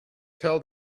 tell